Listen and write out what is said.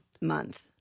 month